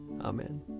Amen